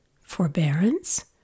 forbearance